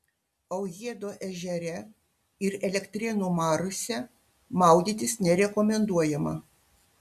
aujėdo ežere ir elektrėnų mariose maudytis nerekomenduojama